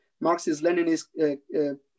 Marxist-Leninist